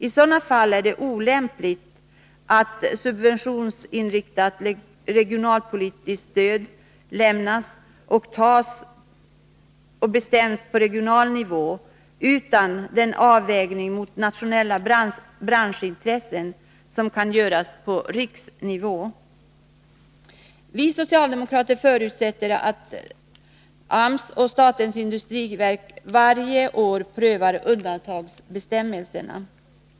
I sådana fall är det olämpligt att beslut om subventionsinriktat lokaliseringsstöd fattas på regional nivå — utan den avvägning mot nationella branschintressen som kan göras på riksnivå. Vi socialdemokrater förutsätter att AMS och statens industriverk varje år prövar undantagsbestämmelserna.